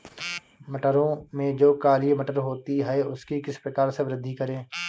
मटरों में जो काली मटर होती है उसकी किस प्रकार से वृद्धि करें?